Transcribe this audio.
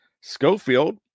Schofield